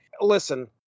listen